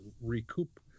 recoup